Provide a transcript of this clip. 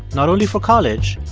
not only for college,